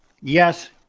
Yes